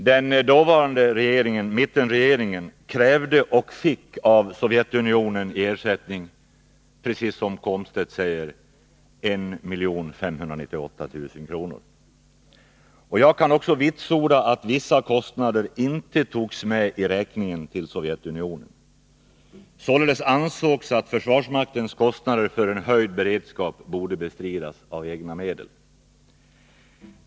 Herr talman! Den dåvarande regeringen, mittenregeringen, krävde och fick av Sovjetunionen i ersättning, precis som Wiggo Komstedt säger, 1598 000 kr. Jag kan också vitsorda att vissa kostnader inte togs med i räkningen till Sovjetunionen. Således ansågs att försvarsmaktens kostnader för höjningen av beredskapen borde bestridas med egna medel.